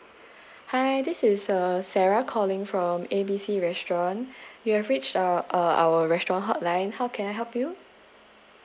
hi this is uh sarah calling from A B C restaurant you have reached our uh our restaurant hotline how can I help you